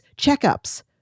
checkups